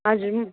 हजुर